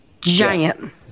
Giant